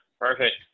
Perfect